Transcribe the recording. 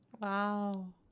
Wow